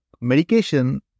medication